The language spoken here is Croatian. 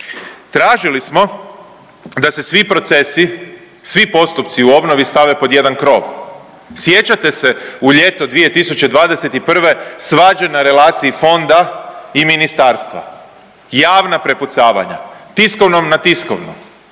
Tražili smo da se svi procesi, svi postupci u obnovi stave pod jedan krov. Sjećate se u ljeto 2021. svađe na relaciji fonda i ministarstva, javna prepucavanja, tiskovnom na tiskovnu,